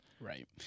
Right